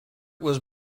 was